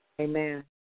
Amen